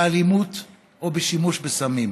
באלימות או בשימוש בסמים.